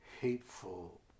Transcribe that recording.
hateful